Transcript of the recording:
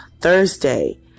Thursday